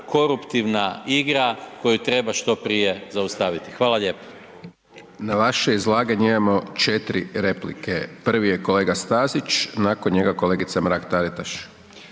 koruptivna igra koju treba što prije zaustaviti. Hvala lijepo. **Hajdaš Dončić, Siniša (SDP)** Na vaše izlaganje imamo 4 replike. Prvi je kolega Stazić, nakon njega kolegica Mrak-Taritaš.